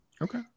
Okay